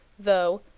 though,